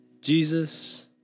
Jesus